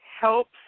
helps